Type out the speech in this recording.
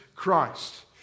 Christ